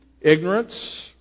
ignorance